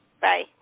Bye